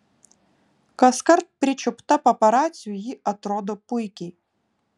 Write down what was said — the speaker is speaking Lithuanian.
kaskart pričiupta paparacių ji atrodo puikiai